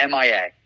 MIA